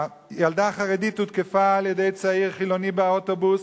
ילדה חרדית הותקפה על-ידי צעיר חילוני באוטובוס.